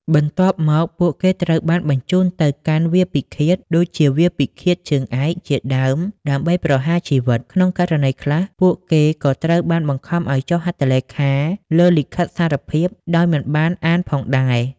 បន្ទាប់មក ពួកគេត្រូវបានបញ្ជូនទៅកាន់វាលពិឃាតដូចជាវាលពិឃាតជើងឯកជាដើមដើម្បីប្រហារជីវិត។ ក្នុងករណីខ្លះ ពួកគេក៏ត្រូវបានបង្ខំឱ្យចុះហត្ថលេខាលើលិខិតសារភាពដោយមិនបានអានផងដែរ។